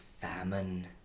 famine